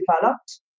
developed